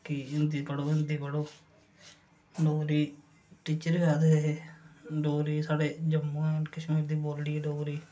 कि हिंदी पढ़ो हिंदी पढ़ो डोगरी टीचर बी आखदे हे डोगरी साढ़े जम्मू दी बोल्ली ऐ डोगरी